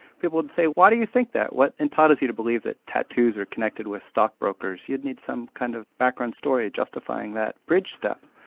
people would say why do you think that? what entitles you to believe that tattoos are connected with stockbrokers? you'd need some kind of background story justifying that bridge step.